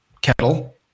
kettle